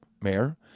mayor